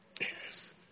Yes